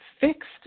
fixed